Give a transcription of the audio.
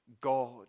God